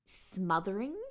smothering